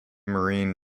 marine